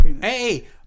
Hey